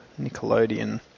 Nickelodeon